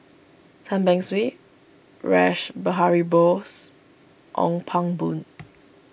Tan Beng Swee Rash Behari Bose Ong Pang Boon